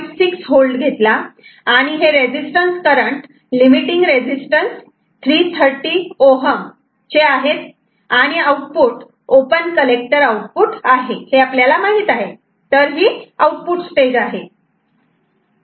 6 V घेतला आणि हे रेजिस्टन्स करंट लीमीटिंग रेझिस्टन्स 330Ω चे आहेत आणि आउटपुट ओपन कलेक्टर आउटपुट आहे हे आपल्याला माहित आहे तर ही आउटपुट स्टेज आहे